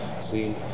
See